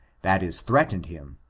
that is threatened him.